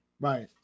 Right